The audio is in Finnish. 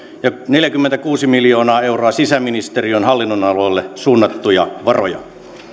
neljäkymmentäkuusi miljoonaa euroa sisäministeriön hallinnonaloille suunnattuja varoja